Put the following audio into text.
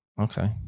Okay